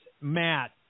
Matt